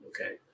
Okay